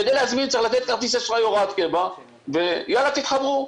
כדי להזמין צריך לתת כרטיס אשראי או הוראת קבע ויאללה תתחברו.